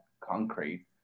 concrete